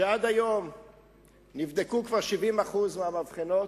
שעד היום נבדקו כבר 70% מהמבחנות,